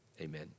amen